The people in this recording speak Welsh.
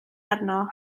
arno